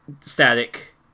static